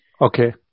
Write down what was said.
Okay